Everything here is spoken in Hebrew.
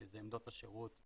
שזה עמדות השירות,